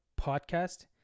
podcast